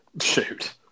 Shoot